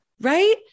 right